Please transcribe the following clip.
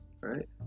Right